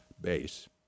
base